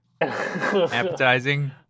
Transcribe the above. appetizing